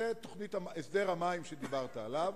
זה הסדר המים שדיברת עליו,